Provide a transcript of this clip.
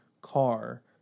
car